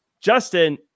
Justin